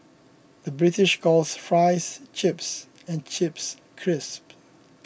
the British calls Fries Chips and Chips Crisps